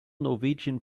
norwegian